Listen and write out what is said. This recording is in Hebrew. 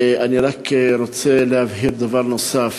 אני רק רוצה להבהיר דבר נוסף: